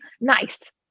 nice